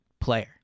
player